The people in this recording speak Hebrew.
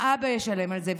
האבא ישלם על זה.